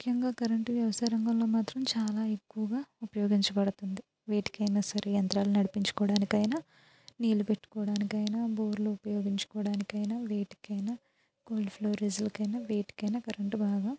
ముఖ్యంగా కరెంటు వ్యవసాయ రంగంలో మాత్రం చాలా ఎక్కువుగా ఉపయోగించబడుతుంది వేటికైనా సరే యంత్రాలు నడిపించుకోవడానికైనా నీళ్ళు పెట్టుకోవడానికైనా బోర్లు ఉపయోగించుకోవడానికైనా వేటికైనా కోల్డ్ ఫ్లోరేజ్లకైనా వేటికైనా కరెంటు బాగా